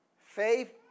Faith